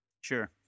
Sure